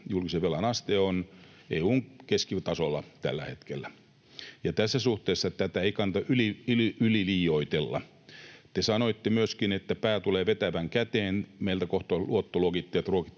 julkisen velan aste, on EU:n keskitasolla tällä hetkellä, ja tässä suhteessa tätä ei kannata yliliioitella. Te sanoitte myöskin, että pää tulee vetävän käteen, kohta luottoluokittajat